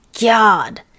God